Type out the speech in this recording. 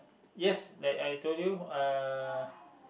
yes like I told you uh